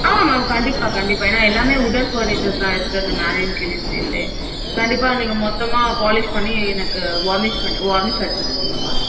ஆமாம் ஆமாம் கண்டிப்பாக கண்டிப்பாக ஏன்னா எல்லாம் உட்டன் ஃபர்னிச்சர்ஸ் தான் இருக்கிறது மேலையும் கீழேயும் சேர்த்தே கண்டிப்பாக நீங்கள் மொத்தமாக பாலிஷ் பண்ணி எனக்கு வார்னிஷ் பண்ணி வார்னிஷ் அடித்துக் கொடுக்கணும் மாதிர்ருக்கும்